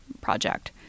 project